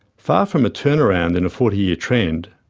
far from a turnaround in a forty year trend,